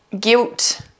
guilt